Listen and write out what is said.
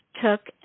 took